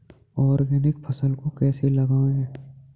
Organic फसल को कैसे उगाएँ?